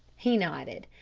he nodded.